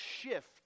shift